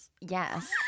Yes